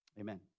Amen